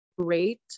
great